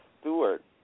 Stewart